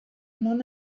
non